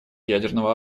ядерного